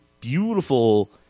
beautiful